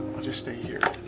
i'll just stay here.